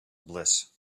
bliss